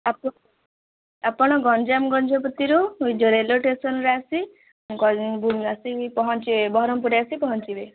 ଆପଣ ଗଞ୍ଜାମ ଗଞ୍ଜପତିରୁ ଯେଉଁ ରେଲଓ୍ୱେ ଷ୍ଟେସନରୁ ଆସି ଆସିକି ପହଞ୍ଚିବେ ବ୍ରହ୍ମପୁରରେ ଆସି ପହଞ୍ଚିବେ